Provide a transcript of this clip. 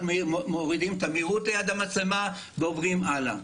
מורידים את המהירות ליד המצלמה ועוברים הלאה.